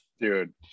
Dude